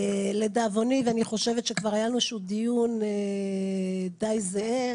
לדאבוני - ואני חושבת שכבר היה לנו איזשהו דיון דיי זהה,